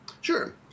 Sure